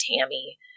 Tammy